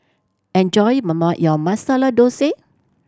enjoy your Masala Dosa